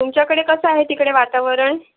तुमच्याकडे कसं आहे तिकडे वातावरण